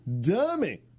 Dummy